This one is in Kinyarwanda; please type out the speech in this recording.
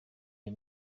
iyo